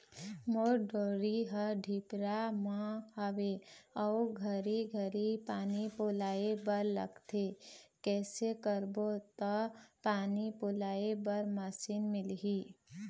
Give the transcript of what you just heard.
मोर डोली हर डिपरा म हावे अऊ घरी घरी पानी पलोए बर लगथे कैसे करबो त पानी पलोए बर मशीन मिलही?